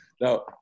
Now